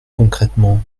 concrètement